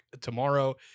tomorrow